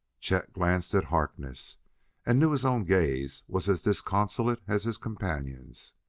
chet glanced at harkness and knew his own gaze was as disconsolate as his companion's.